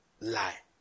lie